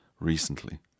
recently